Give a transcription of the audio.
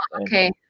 okay